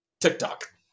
TikTok